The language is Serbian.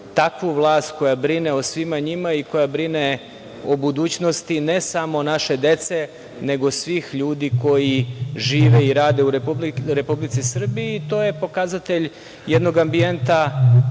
takvu vlast koja brine o svima njima i koja brine o budućnosti ne samo naše dece, nego svih ljudi koji žive i rade u Republici Srbiji. To je pokazatelj jednog ambijenta